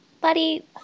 buddy